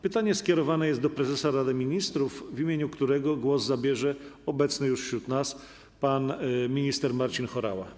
Pytanie skierowane jest do prezesa Rady Ministrów, w którego imieniu głos zabierze obecny już wśród nas pan minister Marcin Horała.